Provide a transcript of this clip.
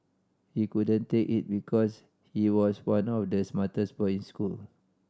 he couldn't take it because he was one of the smartest boy in school